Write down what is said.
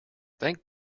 thank